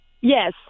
Yes